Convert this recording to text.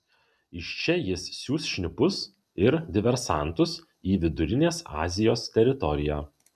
iš čia jis siųs šnipus ir diversantus į vidurinės azijos teritoriją